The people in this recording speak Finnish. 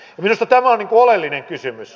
minusta tämä on oleellinen kysymys